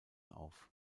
auf